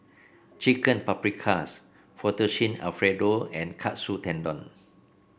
Chicken Paprikas Fettuccine Alfredo and Katsu Tendon